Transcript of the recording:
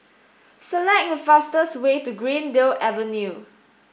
select the fastest's way to Greendale Avenue